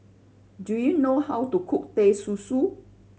do you know how to cook Teh Susu